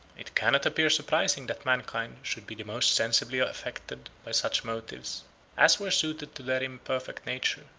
it cannot appear surprising that mankind should be the most sensibly affected by such motives as were suited to their imperfect nature.